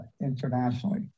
internationally